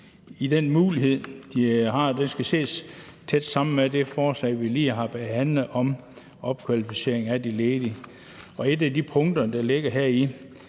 i den mulighed, de har for det, og det skal ses i en tæt sammenhæng med det forslag, som vi lige har behandlet om opkvalificering af de ledige, og et af de punkter, der ligger heri,